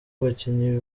abakinnyi